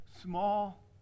small